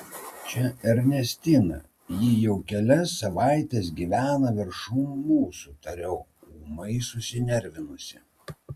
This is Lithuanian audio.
čia ernestina ji jau kelias savaites gyvena viršum mūsų tariau ūmai susinervinusi